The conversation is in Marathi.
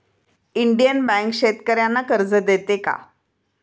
इंडियन बँक शेतकर्यांना कर्ज देते का?